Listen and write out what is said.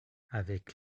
avec